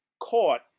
caught